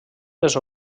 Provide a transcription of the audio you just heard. les